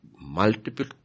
multiple